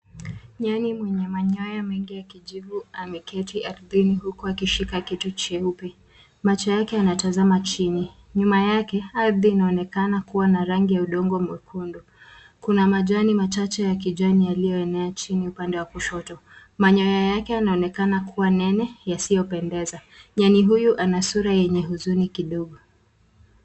Nyani mwenye manyoya mengi ya kijivu ameketi ardhini huku akishika kitu cheupe. Macho yake yanatazama chini. Nyuma yake, ardhi inaonekana kuwa na rangi ya udongo mwekundu. Kuna majani machache ya kijani yaliyoenea chini upande wa kushoto. Manyoya yake yanaonekana kuwa nene, yasiyopendeza. Nyani huyu ana sura yenye huzuni kidogo.